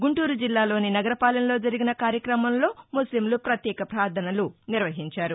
గుంటూరు జిల్లాలోని నగరపాలెంలో జరిగిన కార్యక్రమంలో ముస్లింలు ప్రపత్యేక ప్రార్థనలు నిర్వహించారు